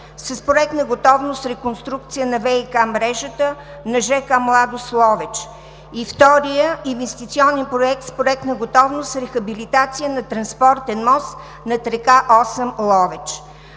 с проектна готовност реконструкция на ВиК мрежата на ж.к. „Младост“ – Ловеч. Вторият, инвестиционен проект с проектна готовност рехабилитация на транспортен мост над р. Осъм – Ловеч.